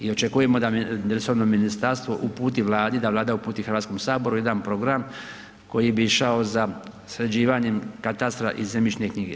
I očekujemo da resorno ministarstvo uputi Vladi, da Vlada uputi Hrvatskom saboru jedan program koji bi išao za sređivanjem katastra i zemljišne knjige.